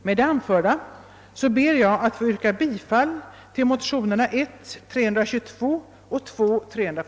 Med det anförda ber jag